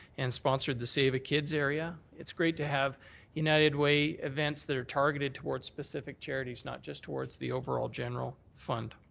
and sponsored the save a kids area. it's great to have united way events that are targeted towards specific charities, not just towards the overall general fund.